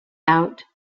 out